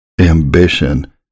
ambition